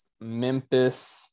Memphis